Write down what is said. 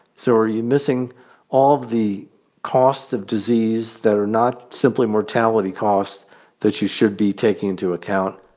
so are you missing all of the costs of disease that are not simply mortality costs that you should be taking into account?